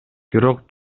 бирок